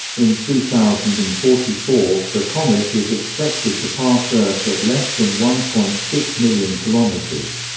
in three thousand and forty four, the comet is expected to pass earth at less than one point six million kilometers.